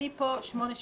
אני פה שמונה שנים,